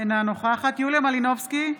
אינה נוכחת יוליה מלינובסקי,